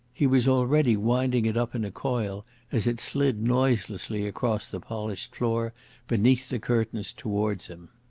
he was already winding it up in a coil as it slid noiselessly across the polished floor beneath the curtains towards him.